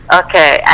okay